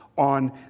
On